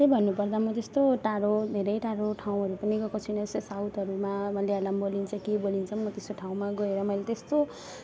खासै भन्नुपर्दा म त्यस्तो टाढो धेरै टाढो ठाउँहरू पनि गएको छु जस्तै साउथहरूमा मलायलम बोलिन्छ के बोलिन्छ म त्यस्तो ठाउँमा गएर मैले त्यस्तो